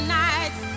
nights